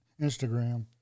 Instagram